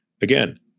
again